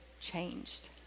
changed